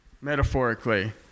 metaphorically